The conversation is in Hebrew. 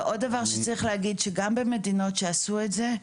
ועוד דבר שצריך להגיד זה שגם במדינות שעשו את זה,